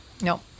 No